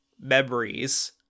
memories